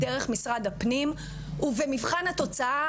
דרך משרד הפנים ובמבחן התוצאה,